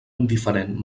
indiferent